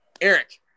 Eric